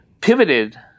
pivoted